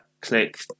Click